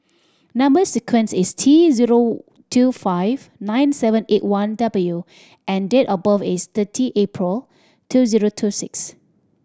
number sequence is T zero two five nine seven eight one W and date of birth is thirty April two zero two six